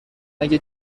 اگه